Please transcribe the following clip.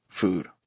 food